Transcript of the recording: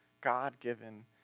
God-given